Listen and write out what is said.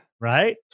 Right